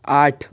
आठ